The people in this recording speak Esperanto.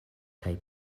kaj